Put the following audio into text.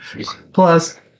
Plus